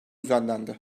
düzenlendi